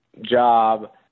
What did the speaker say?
job